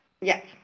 Yes